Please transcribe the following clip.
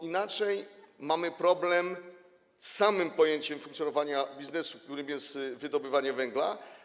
Inaczej mamy problem z samym pojęciem funkcjonowania biznesu, jakim jest wydobywanie węgla.